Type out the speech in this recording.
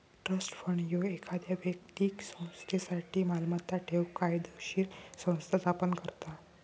trust fund ह्यो एखाद्यो व्यक्तीक संस्थेसाठी मालमत्ता ठेवूक कायदोशीर संस्था स्थापन करता